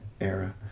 era